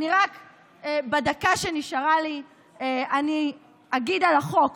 בדקה שנשארה לי אני אגיד על החוק